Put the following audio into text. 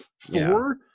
Four